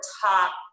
top